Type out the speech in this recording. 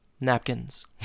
napkins